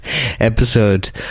episode